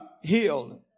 healed